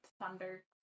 Thunder